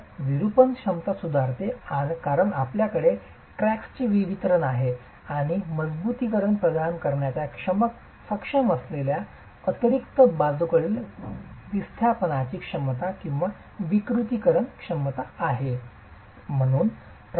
तर विरूपण क्षमता सुधारते कारण आपल्याकडे क्रॅक्सचे वितरण आहे आणि मजबुतीकरण प्रदान करण्यास सक्षम असलेल्या अतिरिक्त बाजूकडील विस्थापनाची क्षमता किंवा विकृतीकरण क्षमता आहे